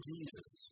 Jesus